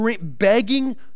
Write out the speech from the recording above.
begging